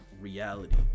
reality